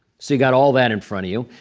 so you got all that in front of you.